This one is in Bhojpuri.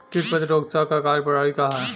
कीट प्रतिरोधकता क कार्य प्रणाली का ह?